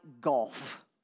golf